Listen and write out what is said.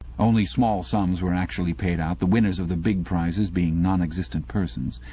only small sums were actually paid out, the winners of the big prizes being non-existent persons.